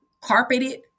carpeted